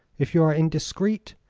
if you are indiscreet,